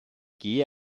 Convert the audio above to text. gehe